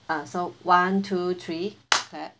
ah so one two three clap